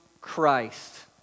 Christ